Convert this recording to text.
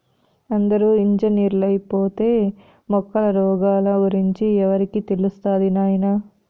అందరూ ఇంజనీర్లైపోతే మొక్కల రోగాల గురించి ఎవరికి తెలుస్తది నాయనా